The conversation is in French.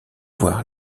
voir